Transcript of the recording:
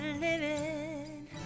living